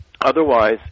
Otherwise